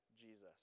Jesus